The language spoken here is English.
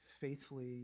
faithfully